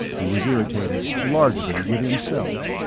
he was irritated, largely with himself.